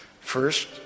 First